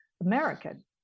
American